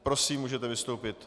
Prosím, můžete vystoupit.